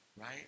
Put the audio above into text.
right